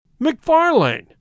McFarlane